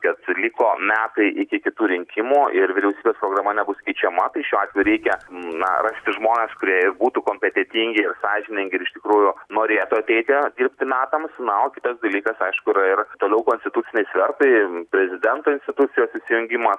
kad liko metai iki kitų rinkimų ir vyriausybės programa nebus keičiama šiuo atveju reikia na rasti žmones kurie ir būtų kompetentingi ir sąžiningi ir iš tikrųjų norėtų ateiti dirbti metams na o kitas dalykas aišku yra ir toliau konstituciniai svertai prezidento institucijos įsijungimą